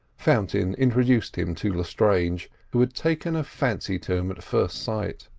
fountain introduced him to lestrange, who had taken a fancy to him at first sight.